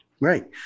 Right